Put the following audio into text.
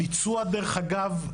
הביצוע, דרך אגב,